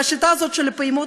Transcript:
והשיטה הזאת של הפעימות,